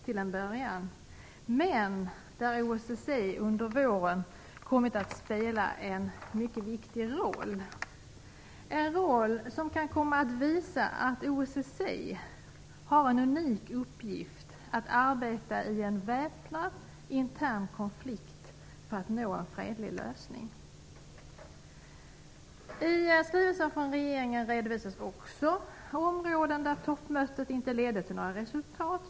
Men under våren har OSSE kommit att spela en mycket viktig roll - en roll som kan komma att visa att OSSE har en unik uppgift i att arbeta i en väpnad intern konflikt för att nå en fredlig lösning. I skrivelsen från regeringen redovisas också områden där toppmötet inte ledde till resultat.